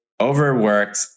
overworked